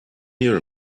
here